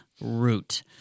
root